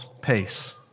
pace